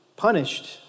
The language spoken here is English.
punished